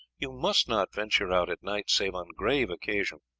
you must not venture out at night save on grave occasion.